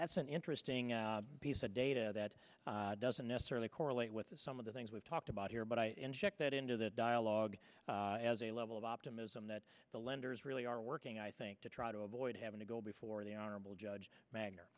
that's an interesting piece of data that doesn't necessarily correlate with some of the things we've talked about here but i inject that into the dialogue as a level of optimism that the lenders really are working i think to try to avoid having to go before the honorable judge magner